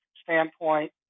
standpoint